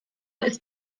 ist